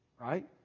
right